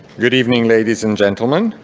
good evening ladies and gentlemen.